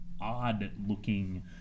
odd-looking